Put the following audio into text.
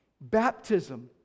Baptism